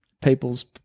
people's